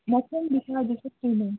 ꯃꯁꯥ ꯃꯁꯥꯒꯤ ꯆꯠꯈꯤꯅꯦ